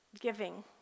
giving